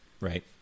right